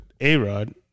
A-Rod